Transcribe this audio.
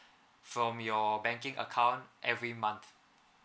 from your banking account every month